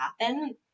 happen